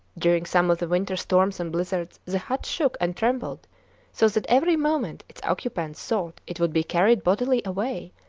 during some of the winter storms and blizzards the hut shook and trembled so that every moment its occupants thought it would be carried bodily away,